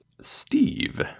steve